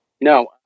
No